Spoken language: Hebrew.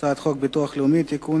הצעת חוק הביטוח הלאומי (תיקון,